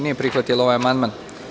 nije prihvatila ovaj amandman.